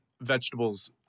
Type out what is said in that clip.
vegetables